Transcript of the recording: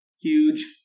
Huge